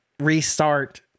restart